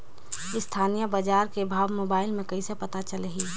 स्थानीय बजार के भाव मोबाइल मे कइसे पता चलही?